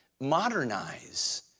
modernize